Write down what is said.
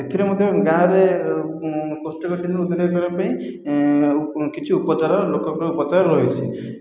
ଏଥିରେ ମଧ୍ୟ ଗାଁରେ କୋଷ୍ଠକାଠିନ୍ୟ ଦୂର କରିବାପାଇଁ କିଛି ଉପଚାର ଲୋକଙ୍କ ଉପଚାର ରହିଛି